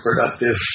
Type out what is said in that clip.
productive